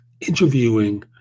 interviewing